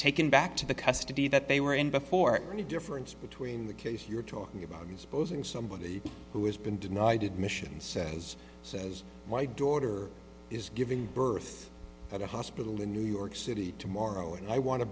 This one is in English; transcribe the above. taken back to the custody that they were in before any difference between the case you're talking about supposing somebody who has been denied admissions says says my daughter is giving birth at a hospital in new york city tomorrow and i want to